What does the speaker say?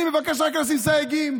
אני מבקש רק לשים סייגים,